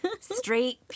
Straight